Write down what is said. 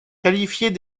qualifiées